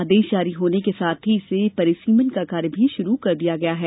आदेश जारी होने के साथ ही इसके परिसिमन का कार्य भी शुरू कर दिया गया है